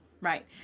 Right